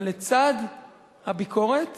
אבל לצד הביקורת